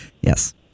yes